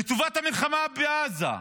לטובת המלחמה בעזה,